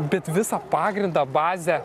bet visą pagrindą bazę